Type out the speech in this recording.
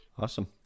awesome